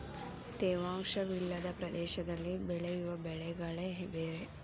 ತೇವಾಂಶ ವಿಲ್ಲದ ಪ್ರದೇಶದಲ್ಲಿ ಬೆಳೆಯುವ ಬೆಳೆಗಳೆ ಬೇರೆ